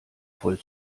voll